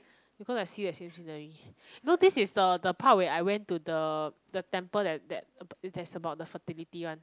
because I see the same scenery you know this is uh the part where I went to the the temple that that that's about the fertility one